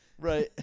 right